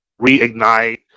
reignite